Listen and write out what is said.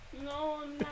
No